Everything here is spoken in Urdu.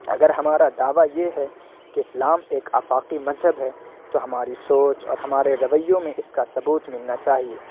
اگر ہمارا دعویٰ یہ ہے کہ اسلام ایک آفاقی مذہب ہے تو ہماری سوچ اور ہمارے رویوں میں اس کا ثبوت ملنا چاہیے